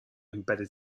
embedded